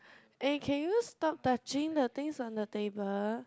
eh can you stop touching the things on the table